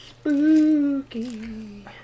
Spooky